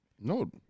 No